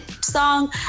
song